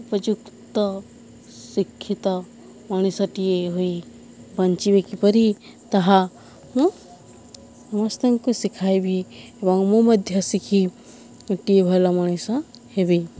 ଉପଯୁକ୍ତ ଶିକ୍ଷିତ ମଣିଷଟିଏ ହୋଇ ବଞ୍ଚିବି କିପରି ତାହା ମୁଁ ସମସ୍ତଙ୍କୁ ଶିଖାଇବି ଏବଂ ମୁଁ ମଧ୍ୟ ଶିଖି ଗୋଟିଏ ଭଲ ମଣିଷ ହେବି